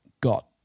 got